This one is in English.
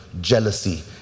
jealousy